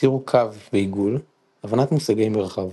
ציור קו ועגול, הבנת מושגי מרחב.